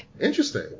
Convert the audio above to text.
interesting